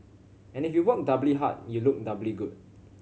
and if you work doubly hard you look doubly good